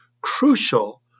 crucial